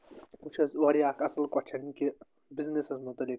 یہٕ چھُ حظ واریاہ اکھ اصٕل کۄسچن کہِ بِزنیٚسَس متعلق